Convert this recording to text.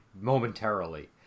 momentarily